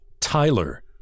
Tyler